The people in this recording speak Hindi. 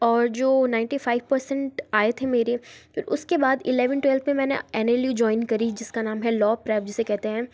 और जो नाइन्टी फाइव पर्सेन्ट आए थे मेरे फिर उसके बाद एलेवन ट्वेल्व में मैंने अन अल यू ज्वाइन करी जिस का नाम है लॉ प्राइवेट जिसे कहते हैं